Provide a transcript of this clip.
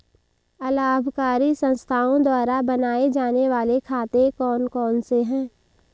अलाभकारी संस्थाओं द्वारा बनाए जाने वाले खाते कौन कौनसे हैं?